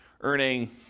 earning